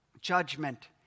judgment